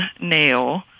nail